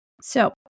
So-